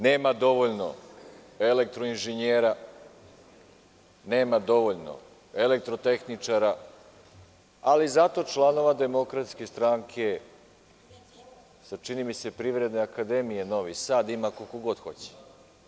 Nema dovoljno elektroinženjera, nema dovoljno elektrotehničara, ali zato članova DS, sa čini mi se, Privredne akademije Novi Sad ima koliko god hoćete.